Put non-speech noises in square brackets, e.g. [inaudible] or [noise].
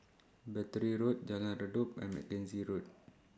Battery [noise] Road Jalan Redop and [noise] Mackenzie Road